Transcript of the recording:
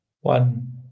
one